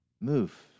move